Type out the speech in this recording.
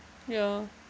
ya